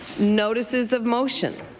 notices of motion.